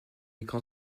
écran